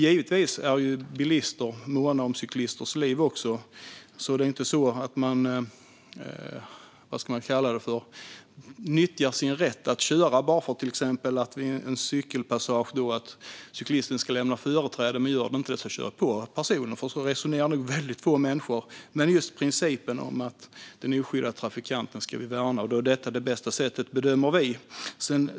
Givetvis är också bilister måna om cyklisters liv. Det är ju inte så att man nyttjar sin rätt att köra bara för att cyklisten ska lämna företräde vid till exempel en cykelpassage och att man kör på personen om den inte gör det - så resonerar nog väldigt få människor. Det handlar om principen att den oskyddade trafikanten ska värnas, och vi bedömer att detta är det bästa sättet.